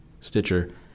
Stitcher